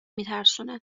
میترسونه